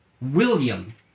William